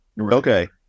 Okay